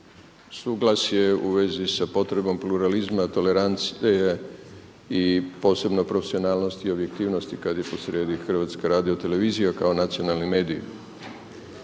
suglasje sa potrebom pluralizma, tolerancije i posebno profesionalnosti i objektivnosti kada je posrijedi Hrvatska radiotelevizija kao nacionalni medij.